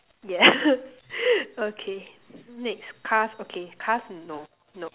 yeah okay next cars okay cars is no nope